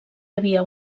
havia